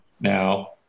now